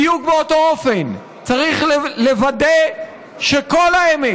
בדיוק באותו אופן צריך לוודא שכל האמת